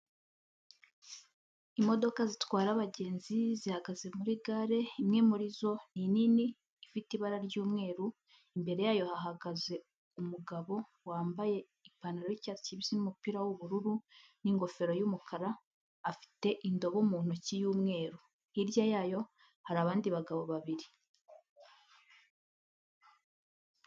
Imodoka zitwara abagenzi zihagaze muri gare, imwe muri zo ni inini, ifite ibara ry'umweru, imbere yayo hahagaze umugabo wambaye ipantaro y'icyatsi n'umupira w'ubururu, n'ingofero y'umukara, afite indobo mu ntoki y'umweru. Hirya yayo hari abandi bagabo babiri.